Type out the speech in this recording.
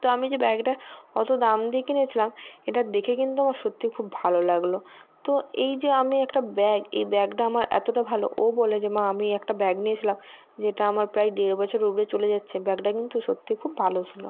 তো আমি যে ব্যাগটা অত দাম দিয়ে কিনেছিলাম এটা দেখে কিন্তু আমার সত্যি খুব ভালো লাগলো তো এই যে আমি একটা ব্যাগ এই ব্যাগটা আমার এতটা ভালো ও বলে যে মা আমি একটা ব্যাগ নিয়েছিলাম যেটা আমার প্রায় দেড় বছরের উপরে চলে যাচ্ছে ব্যাগটা কিন্তু সত্যি খুব ভালো ছিল